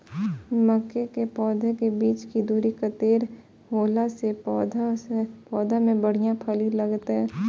मके के पौधा के बीच के दूरी कतेक होला से पौधा में बढ़िया फली लगते?